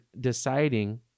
deciding